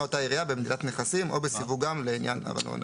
אותה עירייה במדידת נכסים או בסיווגם לעניין ארנונה".